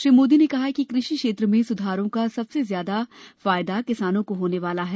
श्री मोदी ने कहा कि कृषि क्षेत्र में सुधारों का सबसे ज्यादा फायदा किसानों को होने वाला है